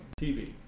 TV